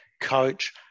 coach